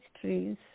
trees